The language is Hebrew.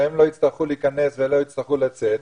שהם לא יצטרכו להיכנס ולא יצרכו לצאת.